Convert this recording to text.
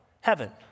heaven